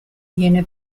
viene